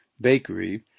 Bakery